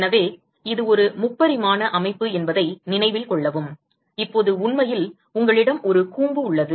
எனவே இது ஒரு 3 பரிமாண அமைப்பு என்பதை நினைவில் கொள்ளவும் இப்போது உண்மையில் உங்களிடம் ஒரு கூம்பு உள்ளது